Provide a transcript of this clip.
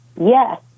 Yes